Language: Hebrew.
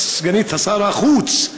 סגנית שר החוץ,